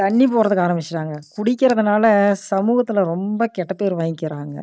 தண்ணி போடுறதுக்கு ஆரமிச்சிட்டாங்க குடிக்கிறதனால சமூகத்தில் ரொம்ப கெட்ட பேர் வாங்கிக்கிறாங்க